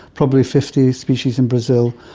probably fifty species in brazil.